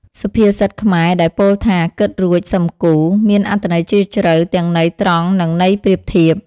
សុភាសិតខ្មែរដែលពោលថា «គិតរួចសឹមគូរ» មានអត្ថន័យជ្រាលជ្រៅទាំងន័យត្រង់និងន័យប្រៀបធៀប។